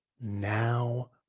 Now